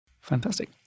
Fantastic